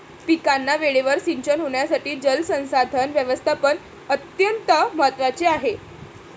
पिकांना वेळेवर सिंचन होण्यासाठी जलसंसाधन व्यवस्थापन अत्यंत महत्त्वाचे आहे